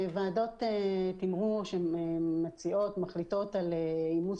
ועדות תמרור שמציעות ומחליטות על אימוץ